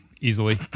easily